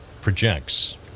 projects